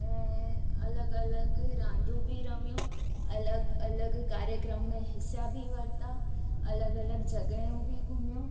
ऐं अलॻि अलॻि रांदियूं बि रमियूं अलॻि अलॻि कार्यक्रम में हिसा बि वरिता अलॻि अलॻि जॻहियूं बि घुमियूं